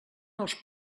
els